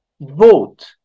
vote